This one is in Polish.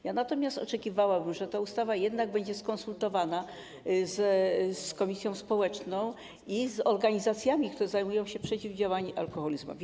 Ja natomiast oczekiwałabym, że ta ustawa jednak będzie skonsultowana z komisją społeczną i z organizacjami, które zajmują się przeciwdziałaniem alkoholizmowi.